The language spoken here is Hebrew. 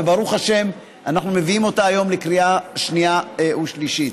וברוך השם אנחנו מביאים אותה היום בקריאה שנייה ושלישית.